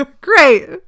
Great